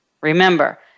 Remember